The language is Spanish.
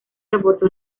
reportó